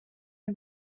une